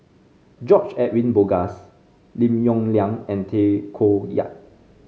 George Edwin Bogaars Lim Yong Liang and Tay Koh Yat